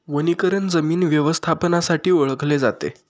वनीकरण जमीन व्यवस्थापनासाठी ओळखले जाते